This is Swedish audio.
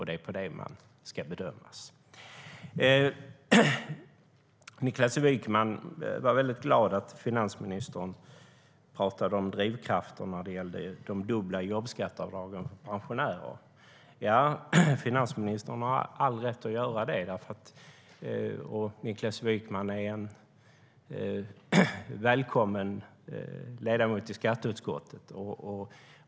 Det är på det den ska bedömas. Niklas Wykman var väldigt glad att finansministern talade om drivkrafter när det gällde de dubbla jobbskatteavdragen för pensionärer. Finansministern har all rätt att göra det, och Niklas Wykman är en välkommen ledamot i skatteutskottet.